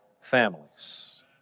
families